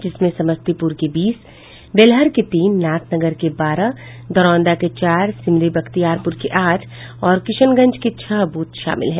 जिसमें समस्तीपुर के बीस बेलहर के तीन नाथनगर के बारह दरौंदा के चार सिमरी बख्तियारपुर के आठ और किशनगंज के छह बूथ शामिल हैं